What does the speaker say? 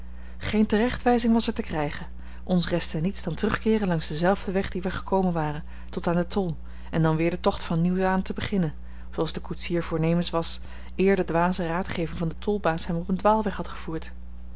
geene terechtwijzing was er te krijgen ons restte niets dan terugkeeren langs denzelfden weg dien wij gekomen waren tot aan den tol en daar weer den tocht van nieuws aan te beginnen zooals de koetsier voornemens was eer de dwaze raadgeving van den tolbaas hem op een dwaalweg had gevoerd